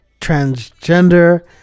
transgender